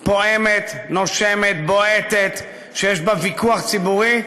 פועמת, נושמת, בועטת, שיש בה ויכוח ציבורי,